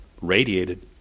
radiated